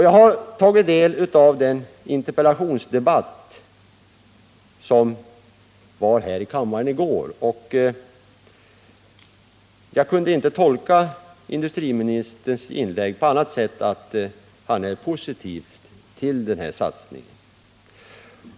Jag har tagit del av den interpellationsdebatt som fördes här i kammaren i går. Jag kunde inte tolka industriministerns inlägg på annat sätt än att han är positiv till den här satsningen.